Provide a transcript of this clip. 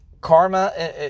karma